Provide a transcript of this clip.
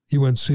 UNC